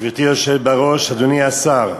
גברתי היושבת בראש, אדוני השר,